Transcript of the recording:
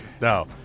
no